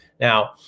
Now